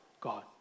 God